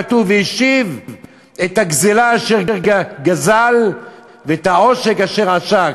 כתוב: "והשיב את הגזלה אשר גזל או את העֹשק אשר עשק".